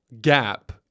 gap